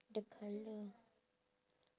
the colour